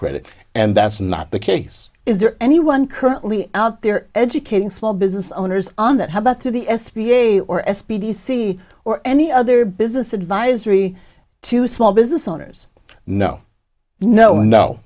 credit and that's not the case yes is there anyone currently out there educating small business owners on that how about to the s b a or s p d c or any other business advisory to small business owners no no no